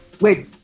Wait